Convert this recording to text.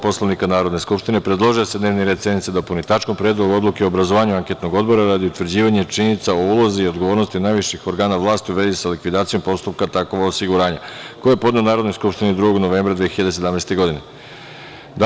Poslovnika Narodne skupštine, predložio je da se dnevni red sednice dopuni tačkom – Predlog odluke o obrazovanju anketnog odbora radi utvrđivanja činjenica o ulozi i odgovornosti najviših organa vlasti u vezi sa likvidacijom postupka „Takovo osiguranja“, koji je podneo Narodnoj skupštini 2. novembra 2017. godine.